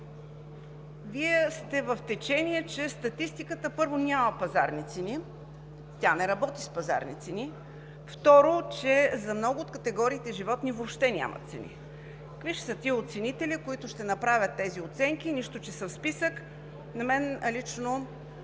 Вие сте в течение, че в статистиката, първо, няма пазарни цени – тя не работи с пазарни цени, второ, че за много от категориите животни въобще няма цени. Какви ще са тези оценители, които ще направят тези оценки, нищо че са в списък? На мен лично